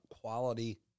quality